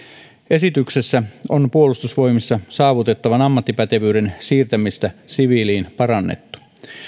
esityksessä on puolustusvoimissa saavutettavan ammattipätevyyden siirtämistä siviiliin parannettu